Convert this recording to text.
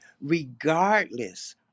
regardless